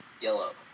Yellow